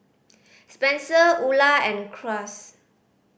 Spenser Ula and Cruz